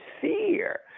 fear